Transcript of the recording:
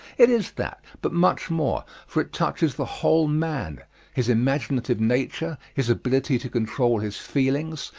it is that, but much more, for it touches the whole man his imaginative nature, his ability to control his feelings,